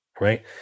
right